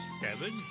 Kevin